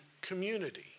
community